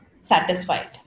satisfied